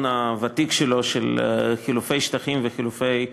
הוותיק שלו של חילופי שטחים וחילופי אוכלוסיות,